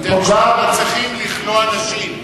בתי-המשפט לא צריכים לכלוא אנשים,